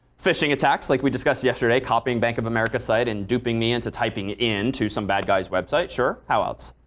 phishing attacks like we discussed yesterday. copying bank of america's site and duping me into typing it into some bad guy's website. sure. how else?